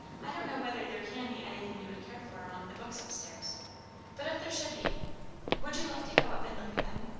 i don't know whether there can be anything you would care for among the books up-stairs but if there should be would you like to go up and look at them?